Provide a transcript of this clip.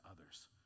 others